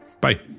bye